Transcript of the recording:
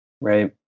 Right